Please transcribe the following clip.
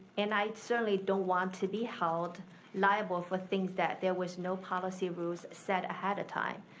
and i certainly don't want to be held liable for things that there was no policy rules set ahead of time.